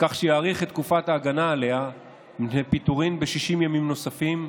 בכך שיאריך את תקופת ההגנה עליה מפני פיטורים ב-60 ימים נוספים,